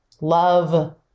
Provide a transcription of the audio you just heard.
love